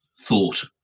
thought